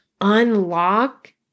Unlock